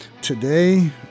Today